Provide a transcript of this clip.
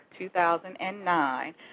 2009